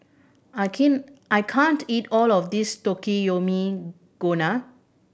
I I can't eat all of this Takikomi Gohan